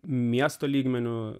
miesto lygmeniu